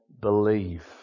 believe